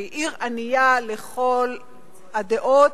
שהיא עיר ענייה לכל הדעות,